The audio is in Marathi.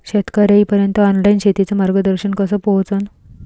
शेतकर्याइपर्यंत ऑनलाईन शेतीचं मार्गदर्शन कस पोहोचन?